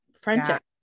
friendship